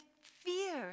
fear